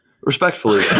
Respectfully